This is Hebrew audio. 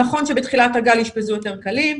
נכון שבתחילת הגל אשפזו יותר קלים,